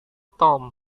tom